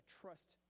trust